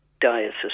diocese